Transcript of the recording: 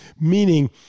Meaning